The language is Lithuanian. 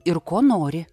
ir ko nori